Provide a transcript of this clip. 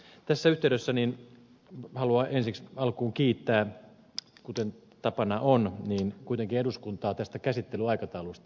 tässä yhteydessä haluan ensi alkuun kiittää kuten tapana on kuitenkin eduskuntaa tästä käsittelyaikataulusta